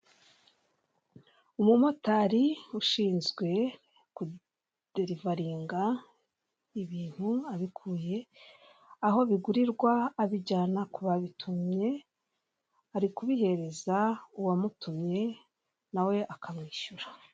Umumotari ushinzwe kuderivaringa ibintu abikuye aho bigurirwa abijyana ku babitumye, ari kubihereza uwamutumye nawe akamwishyura.